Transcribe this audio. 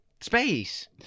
Space